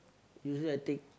usually I take